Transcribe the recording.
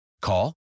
Call